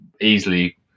easily